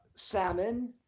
salmon